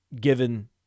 given